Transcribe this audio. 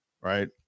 right